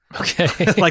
Okay